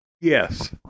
Yes